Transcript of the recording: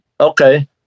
Okay